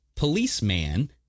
policeman